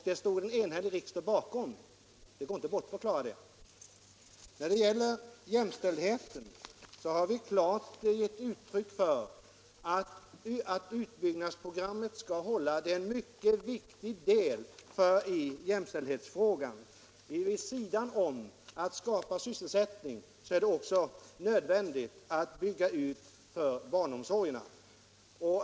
Det stod en enhällig riksdag bakom. Detta går inte att bortförklara, fru Leijon. Vi har klart givit uttryck för att utbyggnadsprogrammet skall hålla. Det är en mycket viktig del i strävandena att uppnå jämställdhet. Vid sidan om att skapa sysselsättning är det också nödvändigt att bygga ut för barnomsorgen.